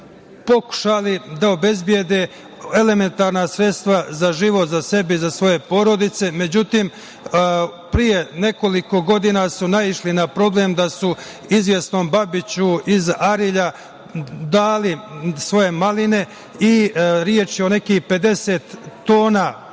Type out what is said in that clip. pokušali da obezbede elementarna sredstva za život za sebe i za svoje porodice.Međutim, pre nekoliko godina su naišli na problem da su izvesnom Babiću iz Arilja dali svoje maline. Reč je o nekih 50 tona